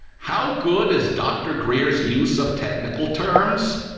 how good is dr greer's use of technical terms?